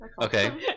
Okay